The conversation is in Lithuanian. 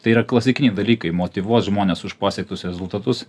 tai yra klasikiniai dalykai motyvuot žmones už pasiektus rezultatus